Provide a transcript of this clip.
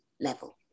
level